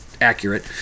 Accurate